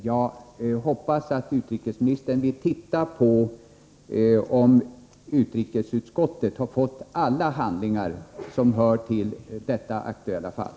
Jag hoppas att utrikesministern vill undersöka om utrikesutskottet har fått alla handlingar som hör till detta aktuella fall.